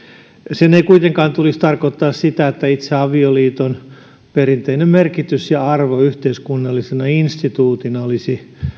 sen ei kuitenkaan tulisi tarkoittaa sitä että itse avioliiton perinteinen merkitys ja arvo yhteiskunnallisena instituutiona olisi